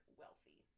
wealthy